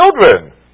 children